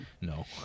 No